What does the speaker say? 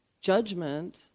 judgment